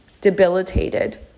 debilitated